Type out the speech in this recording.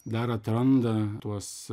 dar atranda tuos